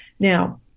Now